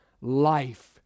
life